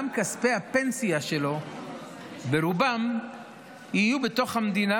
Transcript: גם כספי הפנסיה שלו ברובם יהיו בתוך המדינה,